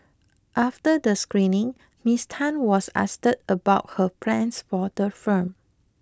after the screening Miss Tan was asked about her plans for the film